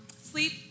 sleep